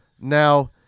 Now